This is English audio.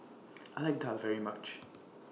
I like Daal very much